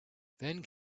then